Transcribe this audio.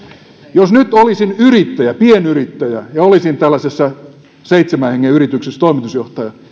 jos nyt olisin yrittäjä pienyrittäjä ja olisin seitsemän hengen yrityksessä toimitusjohtaja